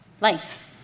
Life